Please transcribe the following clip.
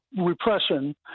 repression